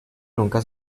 nunca